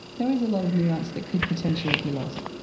there is a lot of nuance that could potentially be lost.